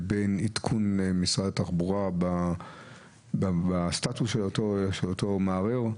לבין עדכון משרד התחבורה בסטטוס של אותו מערער?